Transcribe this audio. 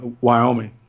Wyoming